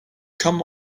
come